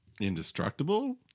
Indestructible